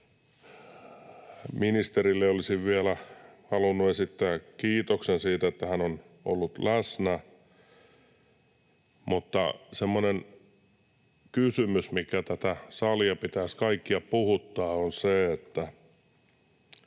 Ministerille olisin vielä halunnut esittää kiitoksen siitä, että hän on ollut läsnä. Mutta semmoinen kysymys, minkä tässä salissa pitäisi kaikkia puhuttaa: Kun edustaja